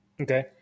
Okay